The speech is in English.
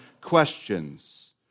questions